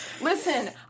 Listen